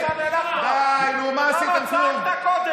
אתה איש של בושה.